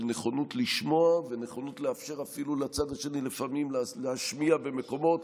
של נכונות לשמוע ונכונות לאפשר אפילו לצד השני לפעמים להשמיע במקומות